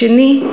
השני,